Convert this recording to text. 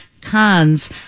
Cons